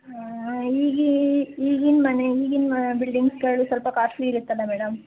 ಈಗ ಈಗಿನ ಮನೆ ಈಗಿನ ಬಿಲ್ಡಿಂಗ್ಸ್ಗಳು ಸ್ವಲ್ಪ ಕಾಸ್ಟ್ಲಿ ಇರುತ್ತಲ್ಲಾ ಮೇಡಮ್